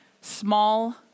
small